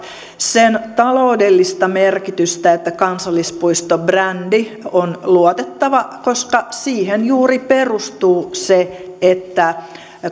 sen taloudellista merkitystä että kansallispuistobrändi on luotettava koska siihen juuri perustuu se että